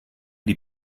die